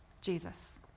Jesus